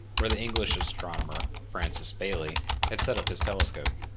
where the english astronomer francis baily had set up his telescope.